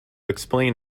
explain